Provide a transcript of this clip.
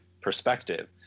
perspective